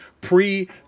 pre